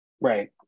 right